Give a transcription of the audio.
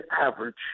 average